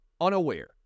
unaware